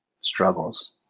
struggles